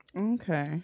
okay